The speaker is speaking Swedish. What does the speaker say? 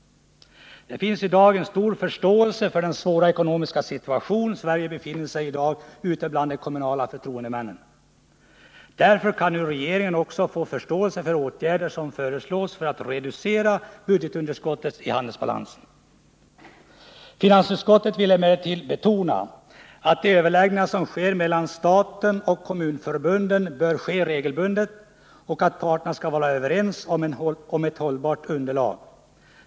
Det finns i dag en stor förståelse ute bland de kommunala förtroendemännen för den svåra ekonomiska situation Sverige befinner sig i. Därför kan nu regeringen också få förståelse för åtgärder som föreslås för att reducera budgetunderskottet i handelsbalansen. Finansutskottet vill emellertid betona, att de överläggningar som äger rum mellan staten och kommunförbunden bör ske regelbundet och att parterna skall vara överens om ett hållbart underlag.